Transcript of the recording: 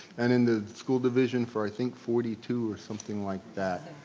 and in the school division for i think forty two or something like that.